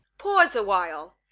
pause awhile,